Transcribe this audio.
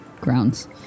Grounds